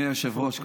אדוני היושב-ראש,